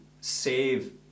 save